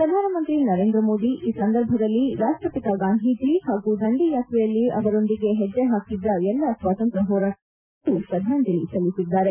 ಪ್ರಧಾನಮಂತ್ರಿ ನರೇಂದ್ರ ಮೋದಿ ಈ ಸಂದರ್ಭದಲ್ಲಿ ರಾಷ್ಷಖತ ಗಾಂಧೀಜಿ ಹಾಗೂ ದಂಡಿ ಯಾತ್ರೆಯಲ್ಲಿ ಅವರೊಂದಿಗೆ ಹೆಚ್ಚೆ ಪಾಕಿದ್ದ ಎಲ್ಲ ಸ್ವಾತಂತ್ರ್ಯ ಹೋರಾಟಗಾರರನ್ನು ನೆನಪಿಸಿಕೊಂಡು ಶ್ರದ್ಧಾಂಜಲಿ ಸಲ್ಲಿಸಿದ್ದಾರೆ